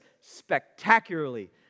spectacularly